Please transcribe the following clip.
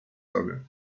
sobie